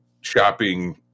shopping